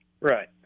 Right